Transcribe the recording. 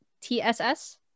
tss